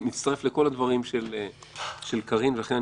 אגב, אני